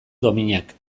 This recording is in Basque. dominak